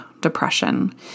depression